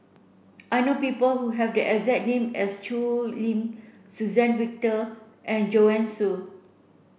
I know people who have the exact name as Choo Lim Suzann Victor and Joanne Soo